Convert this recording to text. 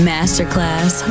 Masterclass